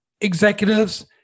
executives